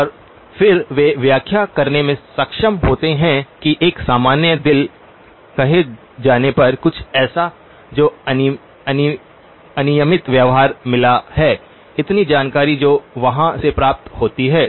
और फिर वे व्याख्या करने में सक्षम होते हैं कि एक सामान्य दिल कहे जाने पर कुछ ऐसा जो अनियमित व्यवहार मिला है इतनी जानकारी जो वहां से प्राप्त होती है